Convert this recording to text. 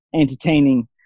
entertaining